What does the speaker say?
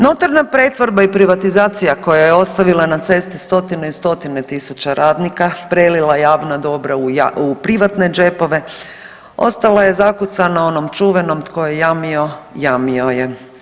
Notorna pretvorba i privatizacija koja je ostavila na cesti stotine i stotine tisuća radnika, prelila javna dobra u privatne džepove, ostala je zakucana u onom čuvenom „tko je jamio, jamio je“